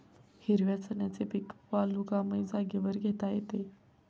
हिरव्या चण्याचे पीक वालुकामय जागेवर घेता येते